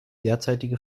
derzeitige